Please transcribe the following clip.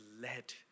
led